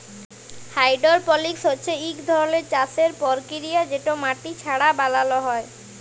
hydroponics হছে ইক ধরলের চাষের পরকিরিয়া যেট মাটি ছাড়া বালালো হ্যয়